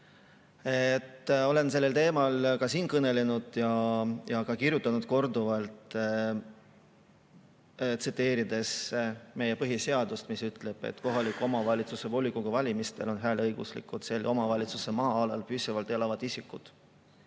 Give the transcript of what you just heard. Olen sellel teemal siin kõnelenud ja ka kirjutanud korduvalt, tsiteerides meie põhiseadust, mis ütleb, et kohaliku omavalitsuse volikogu valimistel on hääleõiguslikud selle omavalitsuse maa-alal püsivalt elavad isikud.